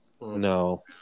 No